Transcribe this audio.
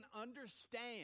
understand